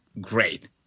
Great